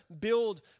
build